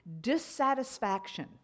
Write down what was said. Dissatisfaction